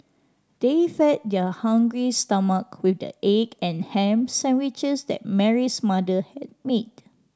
they fed their hungry stomach with the egg and ham sandwiches that Mary's mother had made